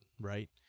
right